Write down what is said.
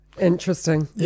Interesting